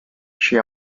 she